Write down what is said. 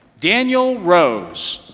daniel rose.